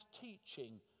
teaching